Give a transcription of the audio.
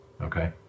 Okay